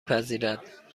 پذیرد